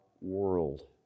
world